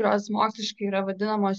kurios moksliškai yra vadinamos